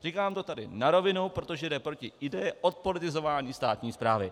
Říkám to tady na rovinu, protože to jde proti ideji odpolitizování státní správy.